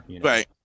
right